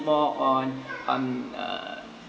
more on um err